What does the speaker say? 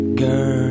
Girl